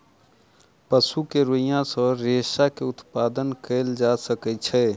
पशु के रोईँयाँ सॅ रेशा के उत्पादन कयल जा सकै छै